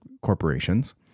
corporations